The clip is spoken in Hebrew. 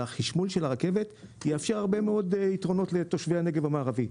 החשמול של הרכבת יאפשר הרבה מאוד יתרונות לתושבי הנגב המערבי: